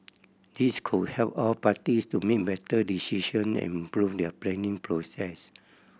this could help all parties to make better decision and improve their planning processes